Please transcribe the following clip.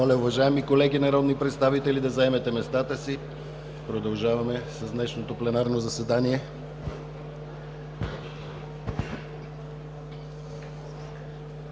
Уважаеми колеги народни представители, моля да заемете местата си. Продължаваме днешното пленарно заседание